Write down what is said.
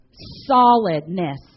solidness